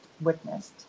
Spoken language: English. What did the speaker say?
witnessed